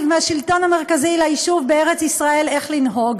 מהשלטון המרכזי ליישוב בארץ-ישראל איך לנהוג.